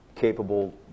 capable